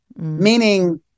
meaning